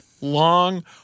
long